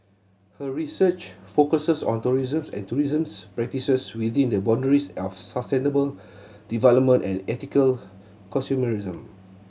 her research focuses on tourism and tourism's practices within the boundaries of sustainable development and ethical consumerism